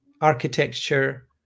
architecture